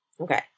Okay